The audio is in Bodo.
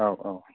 औ औ